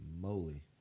moly